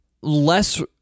less